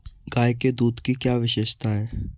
गाय के दूध की क्या विशेषता है?